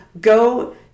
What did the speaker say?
go